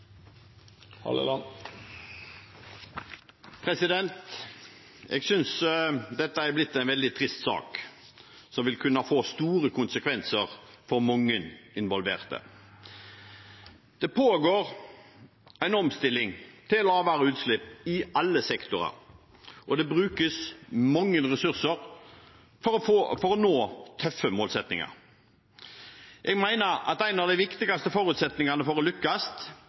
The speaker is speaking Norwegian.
Jeg synes dette har blitt en veldig trist sak, som vil kunne få store konsekvenser for mange involverte. Det pågår en omstilling til lavere utslipp i alle sektorer, og det brukes mange ressurser for å nå tøffe målsettinger. Jeg mener at en av de viktigste forutsetningene for å lykkes,